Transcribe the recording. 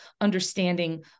understanding